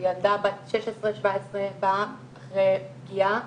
שילדה בת 17-16 באה אחרי פגיעה,